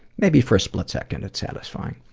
maybe for a split-second, it's satisfying,